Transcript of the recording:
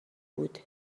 بود